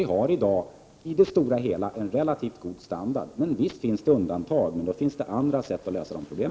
Vi har därför på det stora hela en relativt god standard på samlingslokalerna, men visst finns det undantag, men det finns andra sätt att lösa dessa problem.